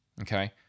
okay